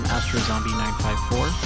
AstroZombie954